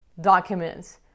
documents